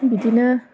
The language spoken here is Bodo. बिदिनो